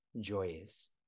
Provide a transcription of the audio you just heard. joyous